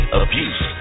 abuse